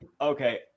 okay